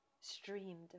streamed